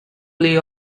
play